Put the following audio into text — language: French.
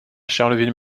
charleville